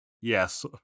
Yes